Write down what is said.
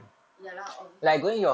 ya lah obviously